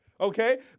Okay